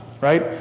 Right